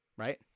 Right